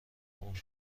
اون